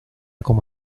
como